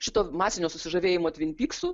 šito masinio susižavėjimo tvimpyksu